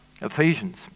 ephesians